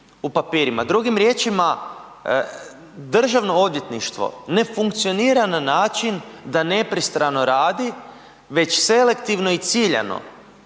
u papirima. Drugim riječima državno odvjetništvo ne funkcionira na način da nepristrano radi već selektivno i ciljano,